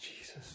Jesus